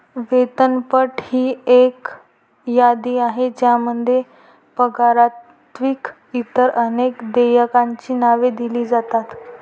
वेतनपट ही एक यादी आहे ज्यामध्ये पगाराव्यतिरिक्त इतर अनेक देयकांची नावे दिली जातात